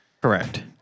Correct